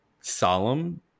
Solemn